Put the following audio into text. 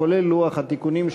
כולל לוח התיקונים,